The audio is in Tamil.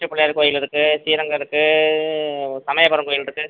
உச்சிப்பிள்ளையார் கோயில் இருக்கு ஸ்ரீரங்கம் இருக்கு சமயபுரம் கோயில் இருக்கு